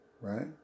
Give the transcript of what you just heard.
right